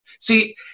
See